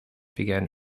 began